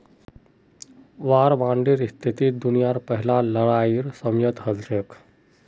वार बांडेर स्थिति दुनियार पहला लड़ाईर समयेत हल छेक